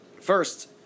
First